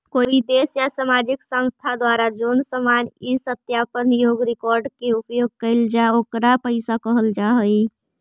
कोई देश या सामाजिक संस्था द्वारा जोन सामान इ सत्यापन योग्य रिकॉर्ड के उपयोग कईल जा ओकरा पईसा कहल जा हई